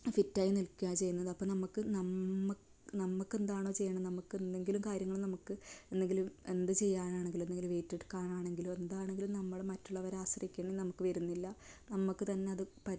ഫിറ്റായി നിൽക്കുകയാണ് ചെയ്യുന്നത് അപ്പം നമുക്ക് നമ്മൾ നമ്മൾക്കെന്താണോ ചെയ്യണേ നമുക്കെന്തെങ്കിലും കാര്യങ്ങൾ നമുക്ക് എന്തെങ്കിലും എന്ത് ചെയ്യാനാണെങ്കിലും എന്തെങ്കിലും വെയിറ്റെടുക്കാനാണെങ്കിലോ എന്താണെങ്കിലും നമ്മൾ മറ്റുള്ളവരെ ആശ്രയിക്കേണ്ടി നമുക്ക് വരുന്നില്ല നമ്മൾക്ക് തന്നെ അത് പറ്റും